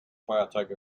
feuerzeug